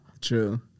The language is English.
True